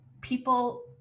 people